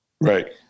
Right